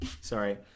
Sorry